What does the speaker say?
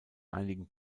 einigen